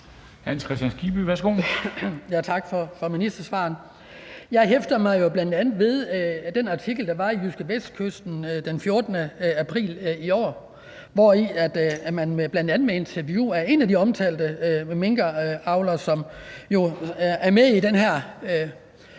Jeg hæfter mig bl.a. ved den artikel, der var i JydskeVestkysten den 14. april i år. Her var der bl.a. et interview med en af de omtalte minkavlere, som er med i den